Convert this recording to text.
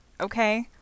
Okay